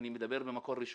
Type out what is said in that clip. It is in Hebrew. אני מדבר ממקום ראשון,